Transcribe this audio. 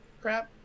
crap